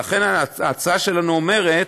לכן ההצעה שלנו אומרת: